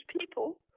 people